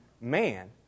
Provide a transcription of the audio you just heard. man